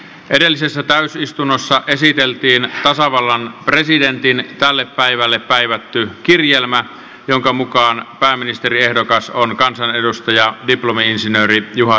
edellisessä täysistunnossa esiteltiin tasavallan presidentin tälle päivälle päivätty kirjelmä jonka mukaan pääministeriehdokas on kansanedustaja diplomi insinööri juha sipilä